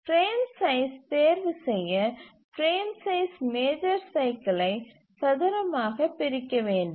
frame size தேர்வுசெய்ய frame size major சைக்கிலை சதுரமாகப் பிரிக்க வேண்டும்